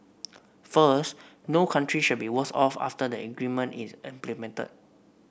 first no country should be worse off after the agreement is implemented